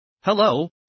Hello